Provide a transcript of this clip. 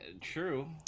True